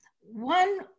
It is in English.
one